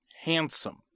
handsome